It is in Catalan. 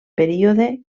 període